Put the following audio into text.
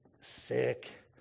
sick